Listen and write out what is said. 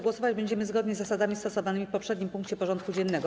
Głosować będziemy zgodnie z zasadami stosowanymi w poprzednim punkcie porządku dziennego.